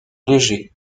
légers